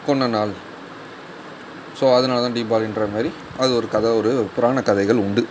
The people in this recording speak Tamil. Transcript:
கொன்ற நாள் ஸோ அதனால தான் தீபாவளின்ற மாதிரி அது ஒரு கதை ஒரு புராணக் கதைகள் உண்டு